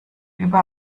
über